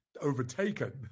overtaken